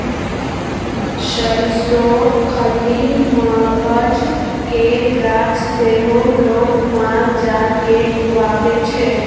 सरिसोक खल्ली, मकझ केर गाछ सेहो लोक माल जाल केँ खुआबै छै